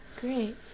great